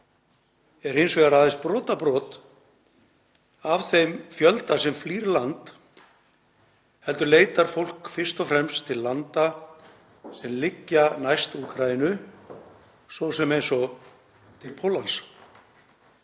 er hins vegar aðeins brotabrot af þeim fjölda sem flýr landið; fólk leitar fyrst og fremst til landa sem liggja næst Úkraínu, svo sem eins og Póllands.